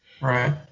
Right